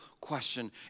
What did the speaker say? question